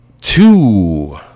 Two